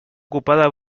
ocupada